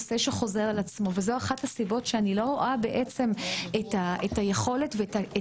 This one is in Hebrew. נושא שחוזר על עצמו וזאת אחת הסיבות שאני לא רואה את היכולת ואת